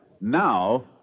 Now